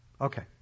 Okay